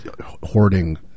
hoarding